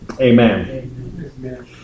amen